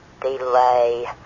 Delay